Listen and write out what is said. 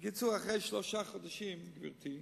בקיצור, אחרי שלושה חודשים, גברתי,